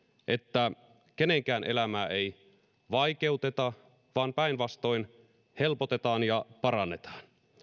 että kenenkään elämää ei vaikeuteta vaan päinvastoin helpotetaan ja parannetaan